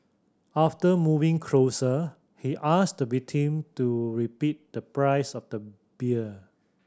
after moving closer he asked the victim to repeat the price of the beer